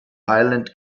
islands